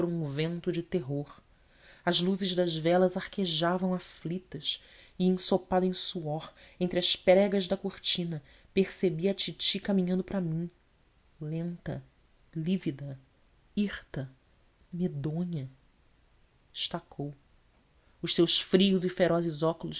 um vento de terror as luzes das velas arquejavam aflitas e ensopada em suor entre as pregas da cortina percebi a titi caminhando para mim lenta lívida hirta medonha estacou os seus frios e ferozes óculos